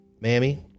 Mammy